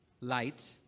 Light